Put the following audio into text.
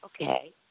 okay